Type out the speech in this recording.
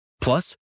plus